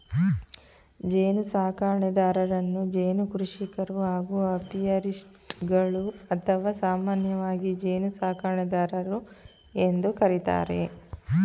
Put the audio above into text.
ಜೇನುಸಾಕಣೆದಾರರನ್ನು ಜೇನು ಕೃಷಿಕರು ಹಾಗೂ ಅಪಿಯಾರಿಸ್ಟ್ಗಳು ಅಥವಾ ಸಾಮಾನ್ಯವಾಗಿ ಜೇನುಸಾಕಣೆದಾರರು ಎಂದು ಕರಿತಾರೆ